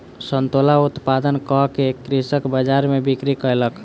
संतोला उत्पादन कअ के कृषक बजार में बिक्री कयलक